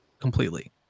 completely